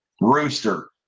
rooster